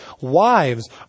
Wives